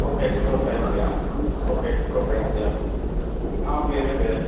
Poco X four five G Poco X pro five G okay இருக்குது